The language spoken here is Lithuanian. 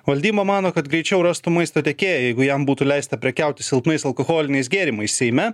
valdyma mano kad greičiau rastų maisto tiekėją jeigu jam būtų leista prekiauti silpnais alkoholiniais gėrimais seime